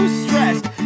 stressed